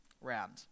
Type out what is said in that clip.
round